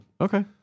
Okay